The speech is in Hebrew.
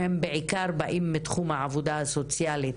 שהם בעיקר באים מתחום העבודה הסוציאלית